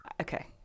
Okay